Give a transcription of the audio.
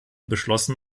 beschlossen